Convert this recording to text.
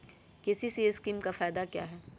KCC scheme का फायदा क्या है?